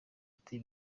ati